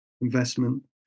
investment